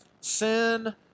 sin